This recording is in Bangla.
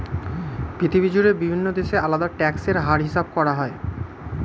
পৃথিবী জুড়ে বিভিন্ন দেশে আলাদা ট্যাক্স এর হার হিসাব করা হয়